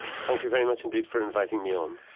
thank you very much indeed for inviting me on.